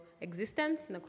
existence